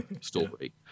story